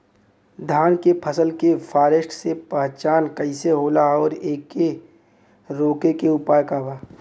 धान के फसल के फारेस्ट के पहचान कइसे होला और एके रोके के उपाय का बा?